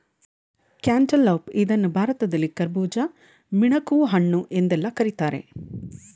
cantaloupe ಇದನ್ನು ಭಾರತದಲ್ಲಿ ಕರ್ಬುಜ, ಮಿಣಕುಹಣ್ಣು ಎಂದೆಲ್ಲಾ ಕರಿತಾರೆ